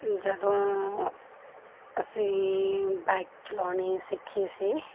ਜਦੋਂ ਅਸੀਂ ਬਾਈਕ ਚਲਾਉਣੀ ਸਿੱਖੀ ਸੀ